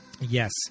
Yes